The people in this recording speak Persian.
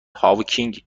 هاوکینگ